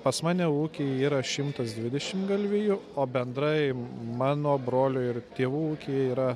pas mane ūkyje yra šimtas dvidešim galvijų o bendrai mano brolio ir tėvų ūkyje yra